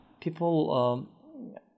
people